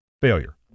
failure